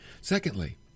secondly